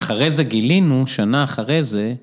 ‫אחרי זה גילינו, שנה אחרי זה...